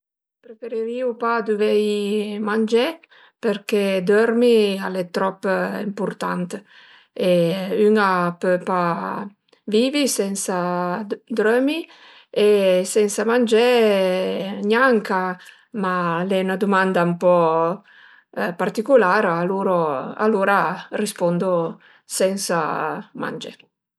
Preferirìu pa dëvei mangé përché dörmi al e trop ëmpurtant e ün a pö pa vivi sensa drömi e sensa mangé gnanca, ma al e 'na dumanda ën po particulara e aluro alura rispondu sensa mangé